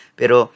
pero